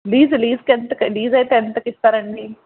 lease లీజ్కి ఎంత ఎంతకి ఇస్తారు అండి